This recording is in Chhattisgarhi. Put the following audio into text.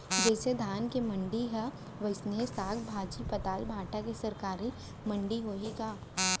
जइसे धान के मंडी हे, वइसने साग, भाजी, पताल, भाटा के सरकारी मंडी होही का?